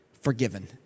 forgiven